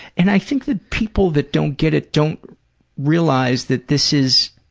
and i think that people that don't get it don't realize that this is,